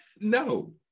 no